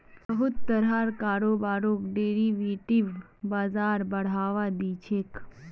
बहुत तरहर कारोबारक डेरिवेटिव बाजार बढ़ावा दी छेक